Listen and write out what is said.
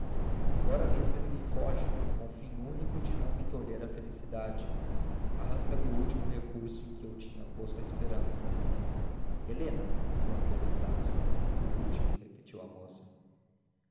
agora mesmo que ele me foge com o fim único de me não tolher a felicidade arranca me o último recurso em que eu tinha posto a esperança helena interrompeu estácio o último repetiu a moça